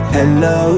Hello